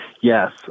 Yes